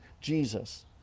jesus